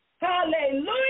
Hallelujah